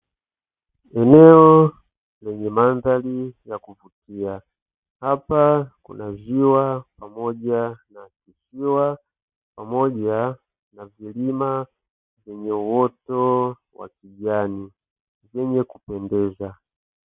Eneo lenye mandhari ya kuvutia, hapa kuna ziwa pamoja na kisiwa pamoja na vilima vyenye uoto wa kijani wenye kupendeza.